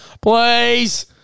Please